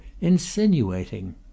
insinuating